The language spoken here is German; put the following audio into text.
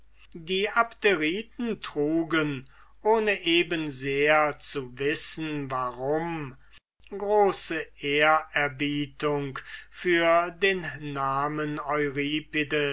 die abderiten trugen ohne eben sehr zu wissen warum große ehrerbietung für den namen